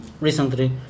recently